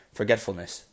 forgetfulness